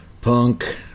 Punk